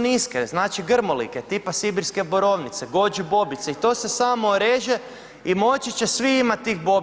niske, znači grmolike, tipa sibirske borovnice, goji bobice, i to se samo reže i moći će svi imati tih bobica.